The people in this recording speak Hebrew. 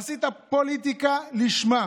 עשית פוליטיקה לשמה.